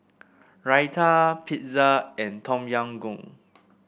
Raita Pizza and Tom Yam Goong